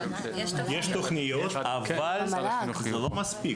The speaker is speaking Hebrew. יש תוכניות, אבל זה לא מספיק.